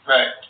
Right